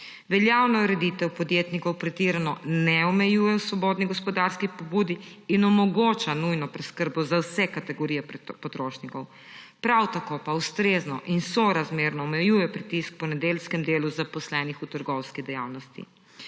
Veljavna ureditev podjetnikov pretirano ne omejuje v svobodni gospodarski pobudi in omogoča nujno preskrbo za vse kategorije potrošnikov. Prav tako pa ustrezno in sorazmerno omejuje pritisk po nedeljskem delu zaposlenih v trgovski dejavnosti.